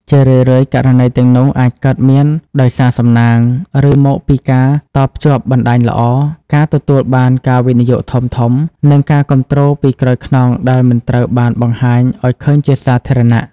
ជារឿយៗ ករណីទាំងនោះអាចកើតមានដោយសារសំណាង ឬមកពីការតភ្ជាប់បណ្តាញល្អ ការទទួលបានការវិនិយោគធំៗ និងការគាំទ្រពីក្រោយខ្នងដែលមិនត្រូវបានបង្ហាញឱ្យឃើញជាសាធារណៈ។